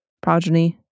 progeny